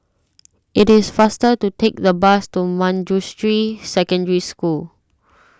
it is faster to take the bus to Manjusri Secondary School